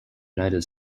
united